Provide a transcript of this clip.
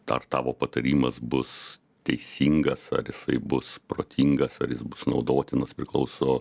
ar tavo patarimas bus teisingas ar jisai bus protingas ar jis bus naudotinas priklauso